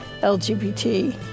LGBT